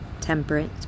temperate